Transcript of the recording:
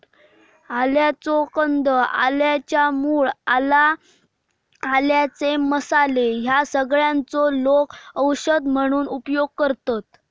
आल्याचो कंद, आल्याच्या मूळ, आला, आल्याचे मसाले ह्या सगळ्यांचो लोका औषध म्हणून उपयोग करतत